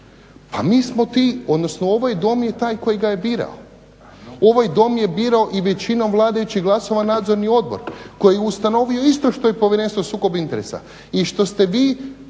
pa mi smo ti, odnosno ovaj Dom je taj koji ga je birao. Ovaj Dom je birao i većinom vladajućih glasova nadzorni odbor koji je ustanovio isto što i povjerenstvo o sukobu interesa. I što ste vi